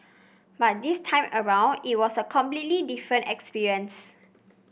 but this time around it was a completely different experience